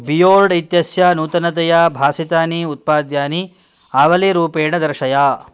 बियोर्ड् इत्यस्य नूतनतया भासितानि उत्पाद्यानि आवलीरूपेण दर्शय